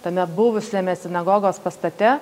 tame buvusiame sinagogos pastate